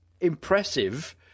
impressive